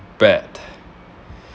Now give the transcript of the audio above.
bad